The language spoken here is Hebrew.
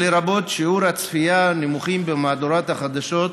לרבות שיעורי צפייה נמוכים במהדורת החדשות,